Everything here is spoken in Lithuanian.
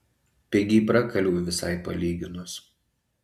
pigiai prakaliau visai palyginus